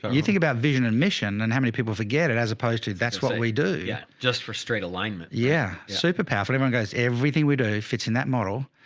you think about vision and mission and how many people forget it as opposed to that's what we do. yeah. just for straight alignment. yeah, super powerful. everyone goes, everything we do fits in that model.